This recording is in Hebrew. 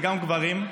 וגם גברים,